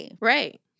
Right